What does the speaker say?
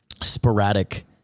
sporadic